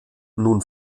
nun